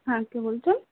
হ্যাঁ কে বলছেন